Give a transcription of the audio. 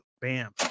Bam